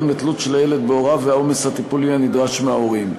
לתלות של הילד בהוריו והעומס הטיפולי הנדרש מההורים.